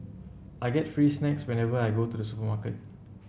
I get free snacks whenever I go to the supermarket